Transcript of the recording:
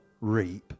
reap